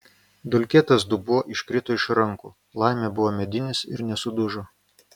dulkėtas dubuo iškrito iš rankų laimė buvo medinis ir nesudužo